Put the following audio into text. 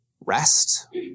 rest